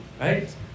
Right